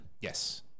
Yes